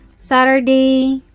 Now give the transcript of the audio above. saturday,